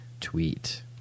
tweet